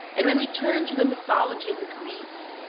and when we turn to the mythology of the greeks,